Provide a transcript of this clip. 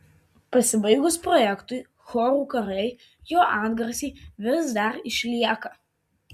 pasibaigus projektui chorų karai jo atgarsiai vis dar išlieka